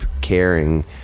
caring